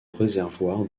réservoir